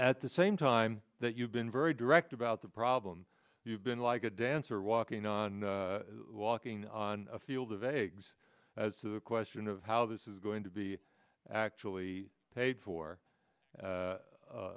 at the same time that you've been very direct about the problem you've been like a dancer walking on walking on a field of eggs as to the question of how this is going to be actually paid for